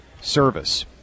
Service